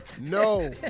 No